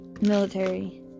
military